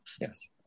Yes